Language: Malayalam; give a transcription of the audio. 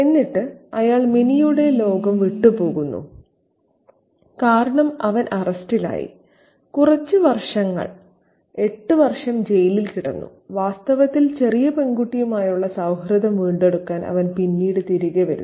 എന്നിട്ട് അയാൾ മിനിയുടെ ലോകം വിട്ടുപോകുന്നു കാരണം അവൻ അറസ്റ്റിലായി കുറച്ച് വർഷങ്ങൾ 8 വർഷം ജയിലിൽ കിടന്നു വാസ്തവത്തിൽ ചെറിയ പെൺകുട്ടിയുമായുള്ള സൌഹൃദം വീണ്ടെടുക്കാൻ അവൻ പിന്നീട് തിരികെ വരുന്നു